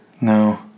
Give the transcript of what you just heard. no